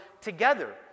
together